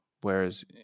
Whereas